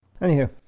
Anywho